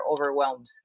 overwhelmed